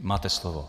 Máte slovo.